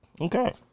okay